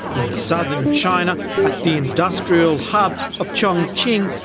in southern china at the industrial hub of chongqing,